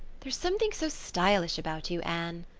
there's something so stylish about you, anne,